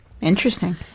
Interesting